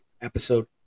episode